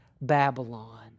Babylon